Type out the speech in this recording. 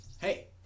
hey